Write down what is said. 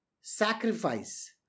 Sacrifice